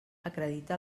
acredita